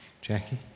Jackie